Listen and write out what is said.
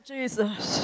Jesus